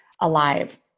alive